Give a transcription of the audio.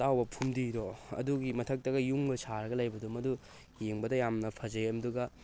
ꯑꯇꯥꯎꯕ ꯐꯨꯝꯗꯤꯗꯣ ꯑꯗꯨꯒꯤ ꯃꯊꯛꯇꯒ ꯌꯨꯝꯒ ꯁꯥꯔꯒ ꯂꯩꯕꯗꯣ ꯃꯗꯨ ꯌꯦꯡꯕꯗ ꯌꯥꯝꯅ ꯐꯖꯩ ꯑꯗꯨꯒ